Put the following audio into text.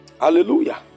Hallelujah